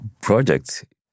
project